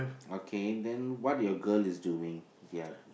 okay then what your girl is doing ya